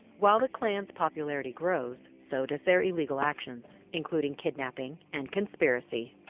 while the klan's popularity grows, so does their illegal actions, including kidnapping and conspiracy.